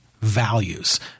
values